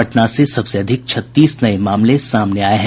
पटना से सबसे अधिक छत्तीस नये मामले सामने आये हैं